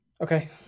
okay